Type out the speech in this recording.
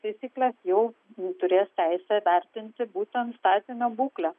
taisykles jau ji turės teisę vertinti būtent statinio būklę